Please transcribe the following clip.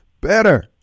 better